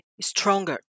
stronger